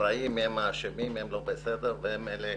האחראים והם האשמים, הם לא בסדר והם אלה